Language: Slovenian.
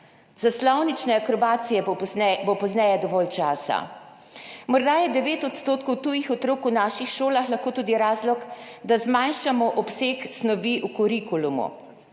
za slovnične akrobacije bo pozneje dovolj časa. Morda je 9 odstotkov tujih otrok v naših šolah lahko tudi razlog, da zmanjšamo obseg snovi v kurikulumu.